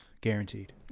guaranteed